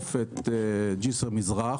ונדחוף את ג'סר מזרח,